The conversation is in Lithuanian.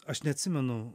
aš neatsimenu